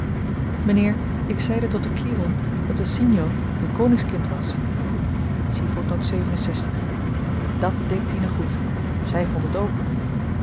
mynheer ik zeide tot den kliwon dat de sienjo een koningskind was dàt deed tine goed zy vond het ook